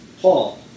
Paul